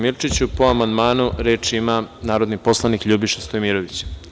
Po amandmanu, reč ima narodni poslanik Ljubiša Stojmirović.